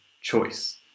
choice